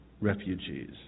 refugees